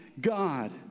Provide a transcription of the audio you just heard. God